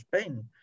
Spain